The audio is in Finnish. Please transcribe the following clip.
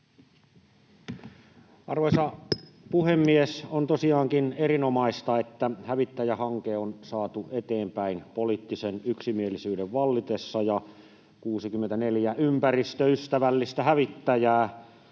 Arvoisa puhemies! On tosiaankin erinomaista, että hävittäjähanke on saatu eteenpäin poliittisen yksimielisyyden vallitessa ja 64 ympäristöystävällistä hävittäjää kaartaa pian Suomen taivaalla.